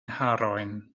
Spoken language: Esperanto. harojn